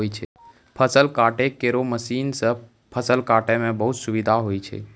फसल काटै केरो मसीन सँ फसल काटै म बहुत सुबिधा होय छै